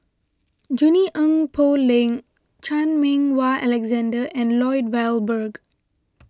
Junie Poh Leng Chan Meng Wah Alexander and Lloyd Valberg